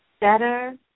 better